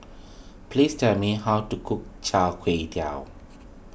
please tell me how to cook Char Kway Teow